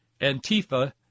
Antifa